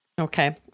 Okay